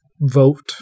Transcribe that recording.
vote